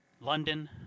London